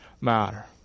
matter